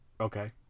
Okay